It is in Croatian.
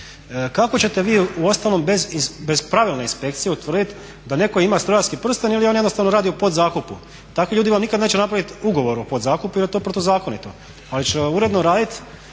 kako ćete vi uostalom bez pravilne inspekcije utvrditi da neko ima strojarski prsten ili on jednostavno radi u podzakupu? Takvi ljudi vam nikad neće napraviti ugovor o podzakupu jer je to protuzakonito, ali će uredno raditi